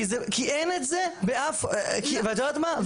כי אין את זה באף ואת יודעת מה?